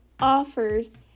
offers